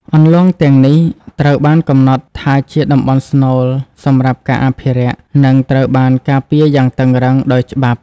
អន្លង់ទាំងនេះត្រូវបានកំណត់ថាជាតំបន់ស្នូល សម្រាប់ការអភិរក្ស និងត្រូវបានការពារយ៉ាងតឹងរ៉ឹងដោយច្បាប់។